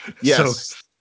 Yes